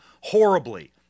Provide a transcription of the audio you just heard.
horribly